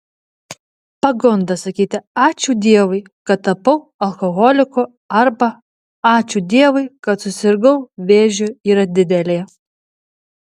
pagunda sakyti ačiū dievui kad tapau alkoholiku arba ačiū dievui kad susirgau vėžiu yra didelė